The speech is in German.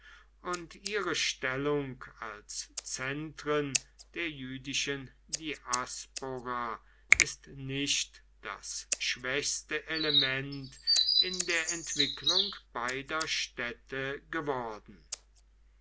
und ihre stellung als zentren der jüdischen diaspora ist nicht das schwächste element in der entwicklung beider städte geworden